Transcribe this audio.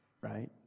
right